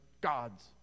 God's